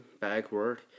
backward